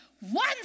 one